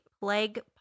plague